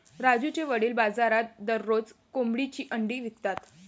राजूचे वडील बाजारात दररोज कोंबडीची अंडी विकतात